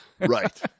Right